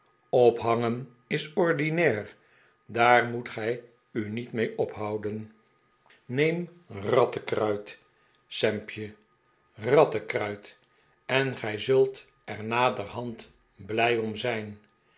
ophangen is ordinair daar moet gij u niet mee ophouden neem rattenkruit sampje rattenkruit en gij zult er naderhand blij om zijn